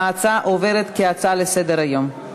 ההצעה עוברת כהצעה לסדר-היום.